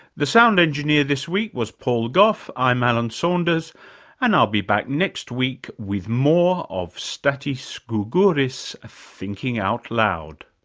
the sound engineer this week was paul gough, i'm alan saunders and i'll be back next week with more of stathis so gourgouris thinking out loud